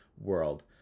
world